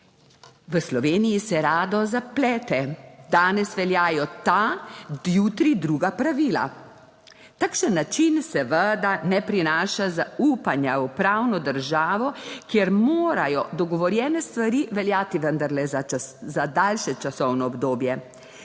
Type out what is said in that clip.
V Sloveniji se rado zaplete. Danes veljajo ta, jutri druga pravila. Takšen način seveda ne prinaša zaupanja v pravno državo, kjer morajo dogovorjene stvari veljati, vendarle za daljše časovno obdobje.